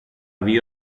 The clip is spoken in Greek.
βγει